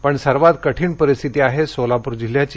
पण सर्वात कठीण परिस्थिती आहे सोलापूर जिल्ह्याची